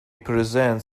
present